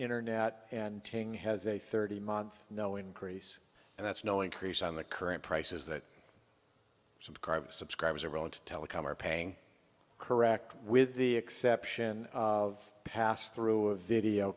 internet and tang has a thirty month no increase and that's no increase on the current prices that subscriber subscribers are willing to telecom are paying correct with the exception of pass through a video